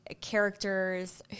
characters